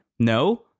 No